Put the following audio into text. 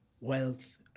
wealth